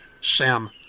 Sam